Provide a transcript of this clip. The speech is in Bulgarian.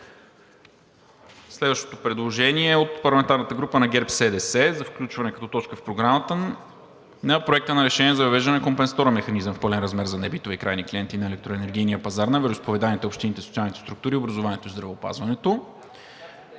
Следващото предложение е от парламентарната група на ГЕРБ-СДС за включването като точка в Програмата на Проекта на решение за въвеждане на компенсаторен механизъм в пълен размер за небитови крайни клиенти на електроенергийния пазар на вероизповеданията, общините, социалните структури, образованието, здравеопазването.